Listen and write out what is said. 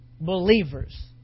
believers